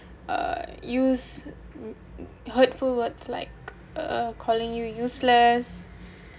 uh use hurtful words like uh calling you useless or